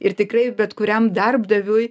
ir tikrai bet kuriam darbdaviui